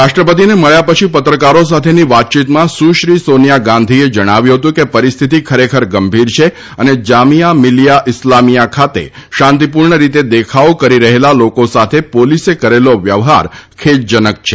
રાષ્ટ્રપતિને મળ્યા પછી પત્રકારો સાથેની વાતચીતમાં સુશ્રી સોનિયા ગાંધીએ જણાવ્યું હતું કે પરિસ્થિતિ ખરેખર ગંભીર છે અને જામીયા મિલિયા ઇસ્લામિયા ખાતે શાંતિપૂર્ણ રીતે દેખાવો કરી રહેલા લોકો સાથે પોલીસે કરેલો વ્યવહાર ખેદજનક છે